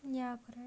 ya